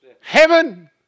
Heaven